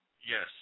Yes